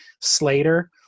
Slater